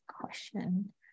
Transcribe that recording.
question